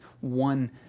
one